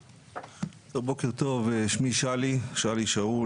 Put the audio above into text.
פה יש שאלות.